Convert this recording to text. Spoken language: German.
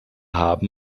haben